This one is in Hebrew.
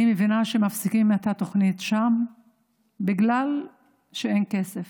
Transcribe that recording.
אני מבינה שמפסיקים את התוכנית שם בגלל שאין כסף.